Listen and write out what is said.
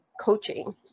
coaching